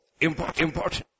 important